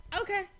Okay